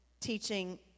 teaching